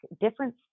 different